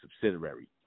subsidiary